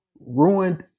ruined